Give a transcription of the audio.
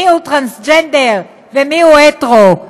מי טרנסג'נדר ומי הטרו.